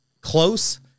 close